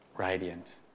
radiant